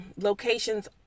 locations